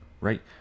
right